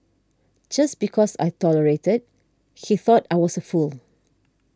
just because I tolerated he thought I was a fool